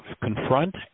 confront